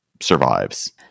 survives